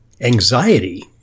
anxiety